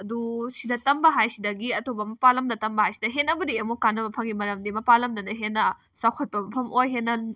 ꯑꯗꯨ ꯁꯤꯗ ꯇꯝꯕ ꯍꯥꯏꯁꯤꯗꯒꯤ ꯑꯇꯣꯞꯄ ꯃꯄꯥꯜ ꯂꯝꯗ ꯇꯝꯕ ꯍꯥꯏꯁꯤꯅ ꯍꯦꯟꯅꯕꯨꯗꯤ ꯑꯃꯨꯛ ꯀꯥꯟꯅꯕ ꯐꯪꯏ ꯃꯔꯝꯗꯤ ꯃꯄꯥꯜ ꯂꯝꯗꯅ ꯍꯦꯟꯅ ꯆꯥꯎꯈꯠꯄ ꯃꯐꯝ ꯑꯣꯏ ꯍꯦꯟꯅ